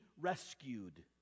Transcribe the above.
rescued